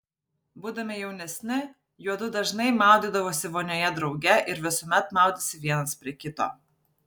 būdami jaunesni juodu dažnai maudydavosi vonioje drauge ir visuomet maudėsi vienas prie kito